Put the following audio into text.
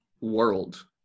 world